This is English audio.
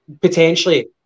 potentially